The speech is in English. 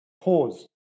Pause